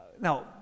Now